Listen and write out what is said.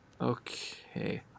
Okay